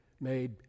made